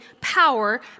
power